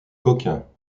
coquins